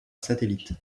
satellite